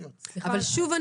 מצוין.